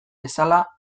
bezala